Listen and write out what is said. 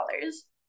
dollars